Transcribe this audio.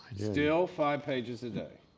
still five pages a day.